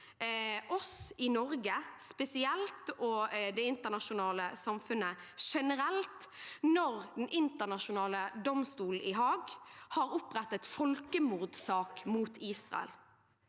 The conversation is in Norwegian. oss i Norge spesielt, og det internasjonale samfunnet generelt, når den internasjonale domstolen i Haag har opprettet folkemordsak mot Israel.